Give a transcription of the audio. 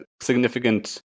significant